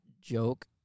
joke